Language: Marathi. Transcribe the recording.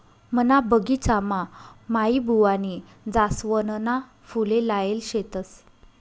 मना बगिचामा माईबुवानी जासवनना फुले लायेल शेतस